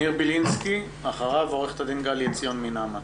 ניר בילינסקי, ואחריו עו"ד גלי עציון מנעמ"ת.